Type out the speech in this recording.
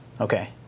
Okay